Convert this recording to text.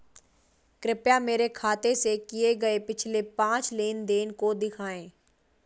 कृपया मेरे खाते से किए गये पिछले पांच लेन देन को दिखाएं